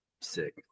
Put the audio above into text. Sick